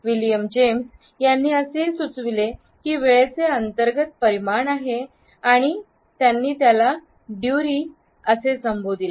William James यांनी असेही सुचवले वेळेचे अंतर्गत परिमाण आहे ज्याला त्याने ड्युरी म्हटले